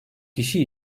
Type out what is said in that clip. kişi